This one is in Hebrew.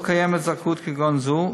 לא קיימת זכאות כגון זו,